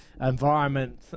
environment